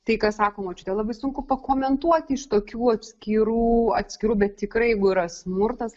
tai ką sako močiutė labai sunku pakomentuoti iš tokių atskirų atskirų bet tikrai jeigu yra smurtas